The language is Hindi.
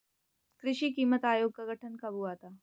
कृषि कीमत आयोग का गठन कब हुआ था?